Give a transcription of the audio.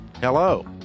Hello